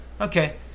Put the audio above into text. Okay